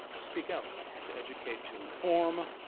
to speak out, to educate, to inform,